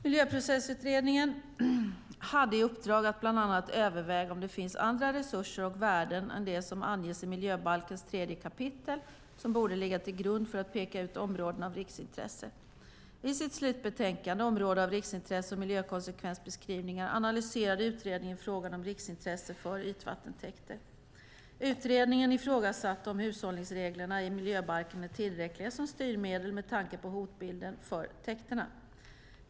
Miljöprocessutredningen hade i uppdrag att bland annat överväga om det finns andra resurser och värden än de som anges i miljöbalkens 3 kap. som borde ligga till grund för att peka ut områden av riksintresse. I sitt slutbetänkande Områden av riksintresse och miljökonsekvensbeskrivningar analyserade utredningen frågan om riksintresse för ytvattentäkter. Utredningen ifrågasatte om hushållningsreglerna i miljöbalken är tillräckliga som styrmedel med tanke på hotbilden för täkterna.